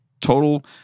total